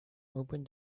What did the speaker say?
opened